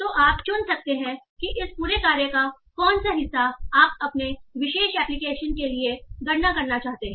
तो आप चुन सकते हैं कि इस पूरे कार्य का कौन सा हिस्सा आप अपने विशेष एप्लिकेशन के लिए गणना करना चाहते हैं